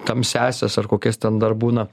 tamsiąsias ar kokias ten dar būna